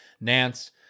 Nance